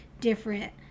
different